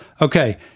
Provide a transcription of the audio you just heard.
Okay